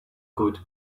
could